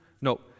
no